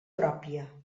pròpia